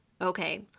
Okay